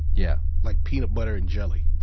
yeah like peanut butter and jelly,